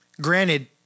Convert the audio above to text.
granted